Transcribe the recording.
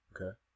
Okay